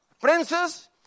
princes